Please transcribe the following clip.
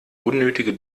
unnötige